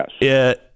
Yes